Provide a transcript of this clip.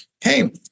hey